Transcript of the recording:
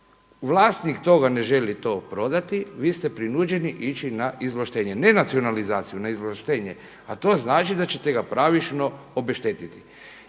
vlasnik toga ne želi to prodati vi ste prinuđeni ići na izvlaštenje, ne nacionalizaciju na izvlaštenje, a to znači da ćete ga pravično obeštetiti.